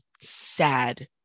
sad